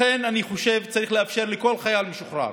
לכן, אני חושב שצריך לאפשר לכל חייל משוחרר